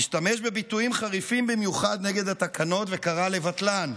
השתמש בביטויים חריפים במיוחד נגד התקנות וקרא לבטלן.